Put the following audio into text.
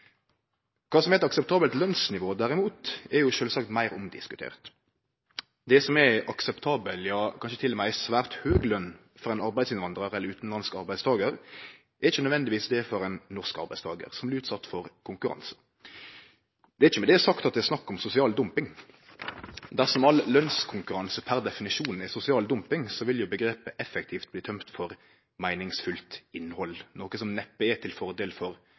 Kva som er eit akseptabelt lønsnivå, derimot, er sjølvsagt meir omdiskutert. Det som er ei akseptabel, ja kanskje til og med ei svært høg løn for ein arbeidsinnvandrar eller utanlandsk arbeidstakar, er ikkje nødvendigvis det for ein norsk arbeidstakar som blir utsett for konkurranse. Det er ikkje med det sagt at det er snakk om sosial dumping. Dersom all lønskonkurranse per definisjon er sosial dumping, vil jo omgrepet effektivt bli tømt for meiningsfylt innhald, noko som neppe er til fordel for